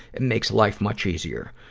it makes life much easier.